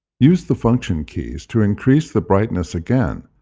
use the function keys to increase the brightness again,